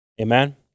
Amen